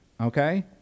Okay